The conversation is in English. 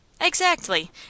Exactly